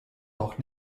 taucht